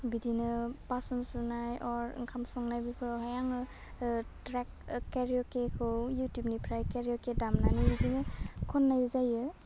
बिदिनो बास'न सुनाय अर ओंखाम संनाय बेफोरावहाय आङो ओह ट्रेक केरिय'केखौ इउटुबनिफ्राय केरिय'के दामनानै बिदिनो खन्नाय जायो